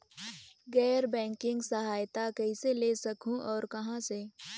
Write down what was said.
गैर बैंकिंग सहायता कइसे ले सकहुं और कहाँ से?